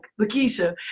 lakeisha